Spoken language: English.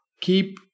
keep